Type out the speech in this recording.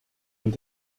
and